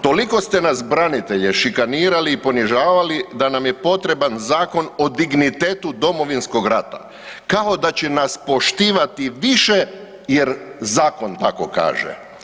Toliko ste nas branitelje šikanirali i ponižavali da nam je potreban zakon o dignitetu Domovinskog rata, kao da će nas poštivati više jer zakon tako kaže.